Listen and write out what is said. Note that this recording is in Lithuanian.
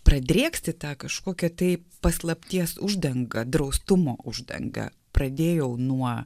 pradrėksti tą kažkokią tai paslapties uždangą draustumo uždangą pradėjau nuo